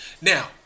Now